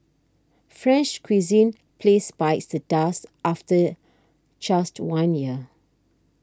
French cuisine place bites the dust after just one year